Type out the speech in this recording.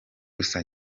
gusa